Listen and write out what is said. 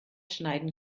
schneiden